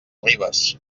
ribes